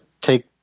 take